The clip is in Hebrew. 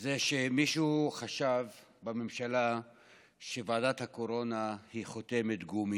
זה שמישהו בממשלה חשב שוועדת הקורונה היא חותמת גומי,